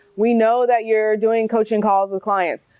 we know that you're doing coaching calls with clients,